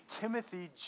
Timothy